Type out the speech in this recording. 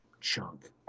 chunk